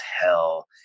hell